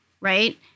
Right